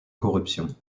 corruption